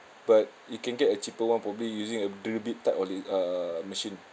but you can get a cheaper one probably using a drill bit type of la~ err machine